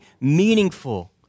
meaningful